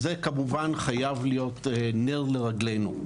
זה כמובן חייב להיות נר לרגלינו,